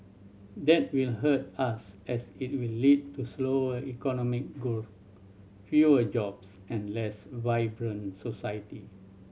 that will hurt us as it will lead to slower economic growth fewer jobs and less vibrant society